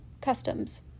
customs